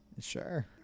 Sure